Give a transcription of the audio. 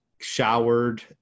showered